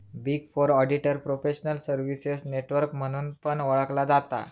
big four auditor professional services network म्हणून पण ओळखला जाता